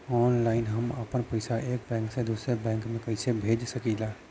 Online हम आपन पैसा एक बैंक से दूसरे बैंक में कईसे भेज सकीला?